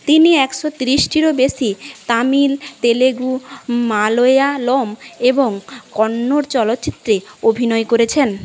তিনি একশো ত্রিশটিরও বেশি তামিল তেলেগু মালয়ালম এবং কন্নড় চলচ্চিত্রে অভিনয় করেছেন